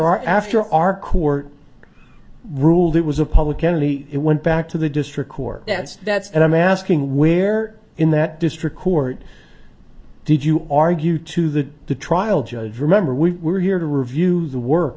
after our court ruled it was a public entity it went back to the district court as that's what i'm asking where in that district court did you argue to the the trial judge remember we were here to review the work